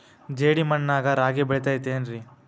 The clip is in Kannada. ಜೇಡಿ ಮಣ್ಣಾಗ ರಾಗಿ ಬೆಳಿತೈತೇನ್ರಿ?